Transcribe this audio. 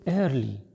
early